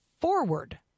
Forward